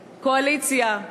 קואליציה,